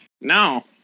No